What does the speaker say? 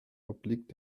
obliegt